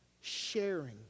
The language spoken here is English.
sharing